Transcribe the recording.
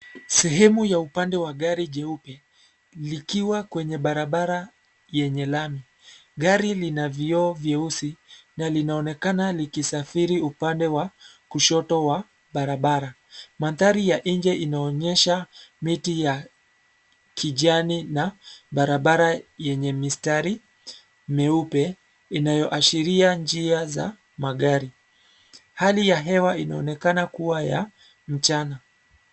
Sehemu ya upande wa gari jeupe, likiwa kwenye barabara yenye lami. Gari lina vioo vyeusi na linaonekana likisafiri upande wa kushoto wa barabara. Mandhari ya nje inaonyesha miti ya kijani na barabara yenye mistari mieupe inayoashiria njia za magari. Hali ya hewa inaonekana kuwa ya mchana.